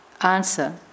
Answer